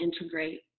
integrate